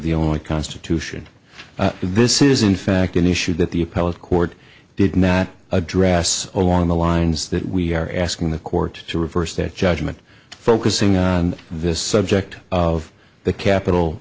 the only constitution this is in fact an issue that the appellate court did not address along the lines that we are asking the court to reverse that judgment focusing on this subject of the capit